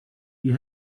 you